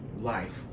life